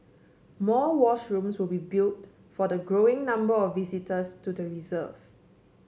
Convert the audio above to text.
more washrooms will be built for the growing number of visitors to the reserve